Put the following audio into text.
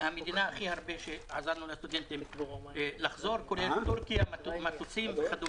המדינה שבה עזרנו הכי הרבה לסטודנטים לחזור כולל תורכיה וכדומה.